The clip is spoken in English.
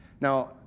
Now